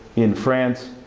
in france.